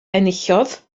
enillodd